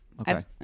Okay